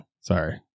sorry